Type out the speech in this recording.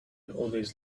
always